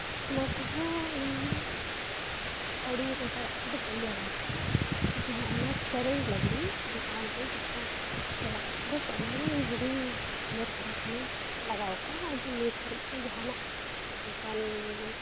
ᱚᱱᱟ ᱠᱚᱦᱚᱸ ᱤᱧ ᱟᱹᱣᱲᱤ ᱮᱴᱟᱜᱟᱜ ᱠᱚᱫᱚ ᱵᱟᱹᱧ ᱞᱟᱜᱟᱣ ᱠᱟᱜᱼᱟ ᱡᱟᱦᱟᱸ ᱚᱱᱟ ᱯᱷᱮᱭᱟᱨ ᱮᱱᱰ ᱞᱟᱵᱷᱞᱤ ᱫᱚᱠᱟᱱ ᱨᱮ ᱡᱟᱦᱟᱸᱪᱟᱞᱟᱜᱼᱟ ᱚᱱᱟ ᱜᱮ ᱤᱧ ᱦᱩᱰᱤᱧ ᱢᱮᱸᱫ ᱫᱷᱟᱨᱟ ᱠᱷᱚᱱᱤᱧ ᱞᱟᱜᱟᱣ ᱠᱟᱫᱼᱟ ᱟᱨ ᱠᱤ ᱱᱤᱛ ᱦᱟᱹᱨᱤᱡ ᱛᱮ ᱡᱟᱦᱟᱱᱟᱜ ᱚᱱᱠᱟᱱ